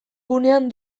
gunean